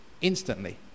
instantly